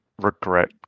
regret